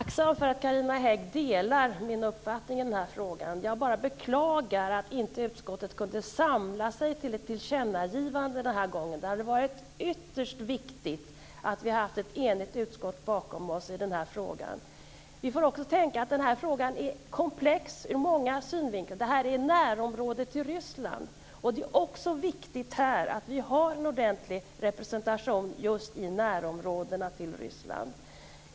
Fru talman! Jag är väldigt tacksam för att Carina Hägg delar min uppfattning i den här frågan. Jag bara beklagar att inte utskottet kunde samla sig till ett tillkännagivande den här gången. Det hade varit ytterst viktigt att vi haft ett enigt utskott bakom oss i den här frågan. Vi får också tänka på att den här frågan är komplex ur många synvinklar. Det här är ett närområde till Ryssland, och det är viktigt att vi har en ordentlig representation just i Rysslands närområden.